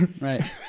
Right